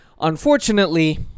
Unfortunately